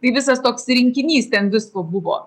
tai visas toks rinkinys ten visko buvo